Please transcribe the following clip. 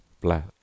black